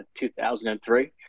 2003